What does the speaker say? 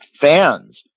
fans